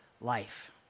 life